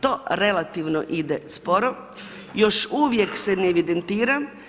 To relativno ide sporo, još uvijek se ne evidentira.